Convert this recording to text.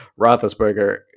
Roethlisberger